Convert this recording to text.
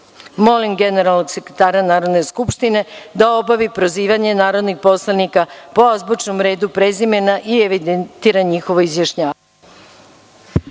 generalnog sekretara Narodne skupštine da obavi prozivanje narodnih poslanika po azbučnom redu prezimena i evidentira njihovo izjašnjavanje.